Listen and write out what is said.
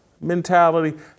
mentality